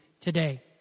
today